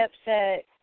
upset